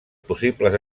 possibles